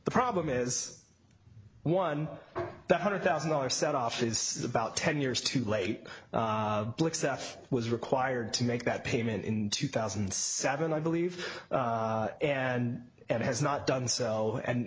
the problem is one hundred thousand dollars set off this is about ten years too late stuff was required to make that payment in two thousand and seven i believe and and has not done so and